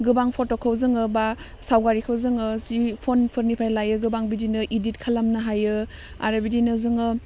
गोबां फट'खौ जोङो बा सावगारिखौ जोङो जि फनफोरनिफ्राय लायो गोबां बिदिनो इडिट खालामनो हायो आरो बिदिनो जोङो